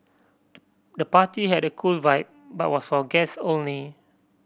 the party had a cool vibe but was for guests only